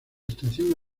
estación